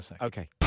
okay